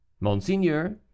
monseigneur